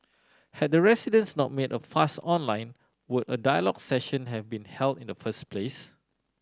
had the residents not made a fuss online would a dialogue session have been held in the first place